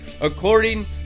according